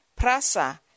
PRASA